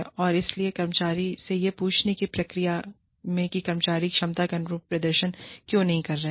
और इसलिए कर्मचारी से यह पूछने की प्रक्रिया में कि कर्मचारी क्षमता के अनुरूप प्रदर्शन क्यों नहीं कर रही है